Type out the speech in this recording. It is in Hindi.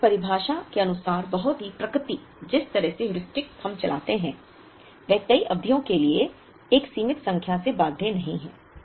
बहुत ही परिभाषा के अनुसार बहुत ही प्रकृति जिस तरह से ह्यूरिस्टिक्स हम चलाते हैं वह कई अवधियों की एक सीमित संख्या से बाध्य नहीं है